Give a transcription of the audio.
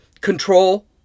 control